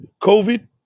COVID